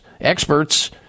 Experts